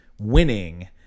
winning